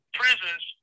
prisons